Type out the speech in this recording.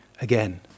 again